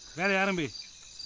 very adamant